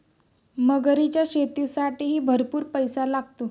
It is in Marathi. मगरीच्या शेतीसाठीही भरपूर पैसा लागतो